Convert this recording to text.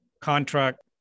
contract